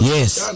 Yes